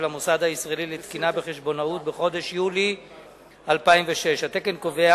המוסד הישראלי לתקינה וחשבונאות בחודש יולי 2006. התקן קובע